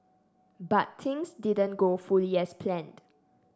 but things didn't go fully as planned